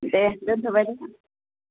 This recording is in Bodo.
दे दोनथ'बाय दे